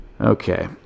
okay